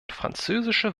französischer